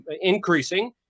increasing